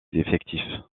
effectifs